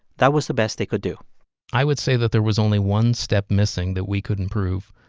that was the best they could do i would say that there was only one step missing that we couldn't improve,